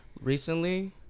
Recently